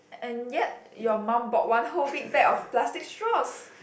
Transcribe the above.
and yet your mum bought one whole big pack of plastic straws